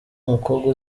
umukobwa